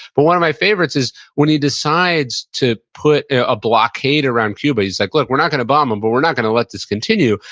but one of my favorites is when he decides to put a blockade around cuba. he's like, look, we're not going to bomb them, um but we're not going to let this continue.